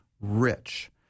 rich